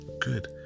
good